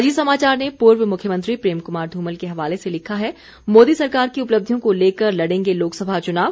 अजीत समाचार ने पूर्व मुख्यमंत्री प्रेम कुमार धूमल के हवाले से लिखा है मोदी सरकार की उपलब्धियों को लेकर लड़ेंगे लोकसभा चुनाव